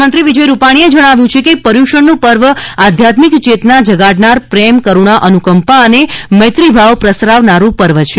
મુખ્યમંત્રી શ્રી વિજયભાઈ રૂપાણીએ જણાવ્યું છે કે પર્યુષણનું પર્વ આધ્યાત્મિક ચેતના જગાડનાર પ્રેમ કરુણા અનુકંપા અને મૈત્રીભાવ પ્રસરાવનારુ પર્વ છે